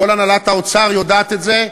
וכל הנהלת האוצר יודעת את זה,